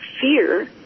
fear